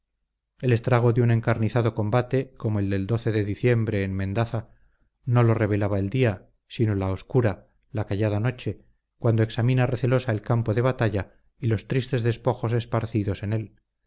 el estrago de un encarnizado combate como el del de diciembre en mendaza no lo revela el día sino la oscura la callada noche cuando examina recelosa el campo de batalla y los tristes despojos esparcidos en él